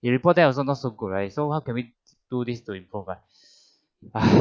you report them also not so good right so how can we do this to improve ah